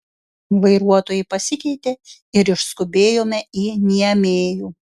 vairuotojai pasikeitė ir išskubėjome į niamėjų